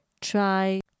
try